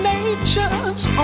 Nature's